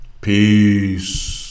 Peace